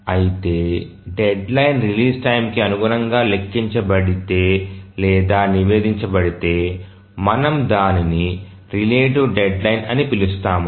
అయితే deadline release time కి అనుగుణంగా లెక్కించబడితే లేదా నివేదించబడితే మనము దానిని రిలేటివ్ డెడ్లైన్ అని పిలుస్తాము